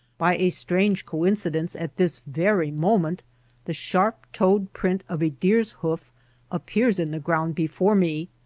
by a strange coin cidence at this very moment the sharp-toed print of a deer s hoof appears in the ground before me.